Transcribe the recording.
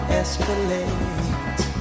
escalate